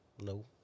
No